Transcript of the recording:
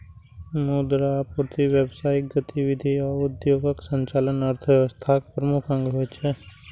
मुद्रा आपूर्ति, व्यावसायिक गतिविधि आ उद्योगक संचालन अर्थव्यवस्थाक प्रमुख अंग होइ छै